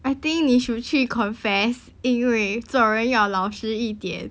I think 你 should 去 confess 因为做人要老实一点